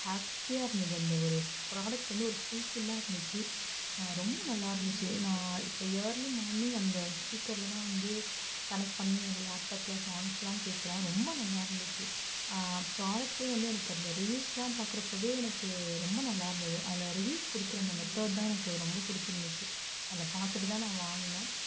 ஹாப்பியாக இருந்தது அந்த ஒரு ப்ராடக்ட் வந்து ஒரு ஃபுல் ஃபில்லாக இருந்துச்சு ரொம்ப நல்லயிருந்துச்சு நான் இப்போ ஏர்லி மார்னிங் அந்த ஸ்பீக்கர்லதான் வந்து கனெக்ட் பண்ணி அது லேப்டாப்ல சாங்ஸ்லாம் கேட்குறேன் ரொம்ப நல்லாயிருந்துச்சி ப்ராடக்லே வந்து எனக்கு அந்த ரிவிவ்ஸ்லாம் பார்க்குறப்பவே எனக்கு ரொம்ப நல்லாயிருந்துது அதில் ரிவிவ்ஸ் கொடுக்குற அந்த மெத்தேட் தான் எனக்கு ரொம்ப பிடிச்சிருந்துச்சி அதை பார்த்துட்டுதான் நான் வாங்கின